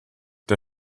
der